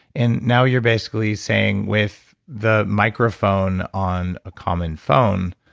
and now you're basically saying with the microphone on a common phone,